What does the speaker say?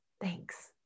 Thanks